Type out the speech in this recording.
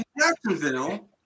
Jacksonville